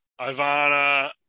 Ivana